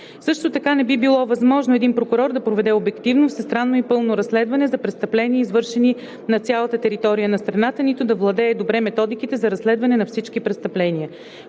Също така не би било възможно един прокурор да проведе обективно, всестранно и пълно разследване за престъпления, извършени на цялата територия на страната, нито да владее добре методиките за разследване на всички престъпления.